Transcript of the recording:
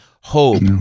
hope